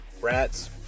Rats